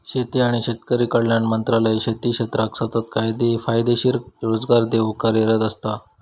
शेती आणि शेतकरी कल्याण मंत्रालय शेती क्षेत्राक सतत फायदेशीर रोजगार देऊक कार्यरत असता